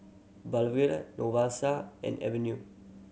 and aveue